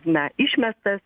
na išmestas